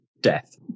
death